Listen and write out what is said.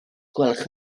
gwelwch